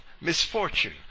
misfortune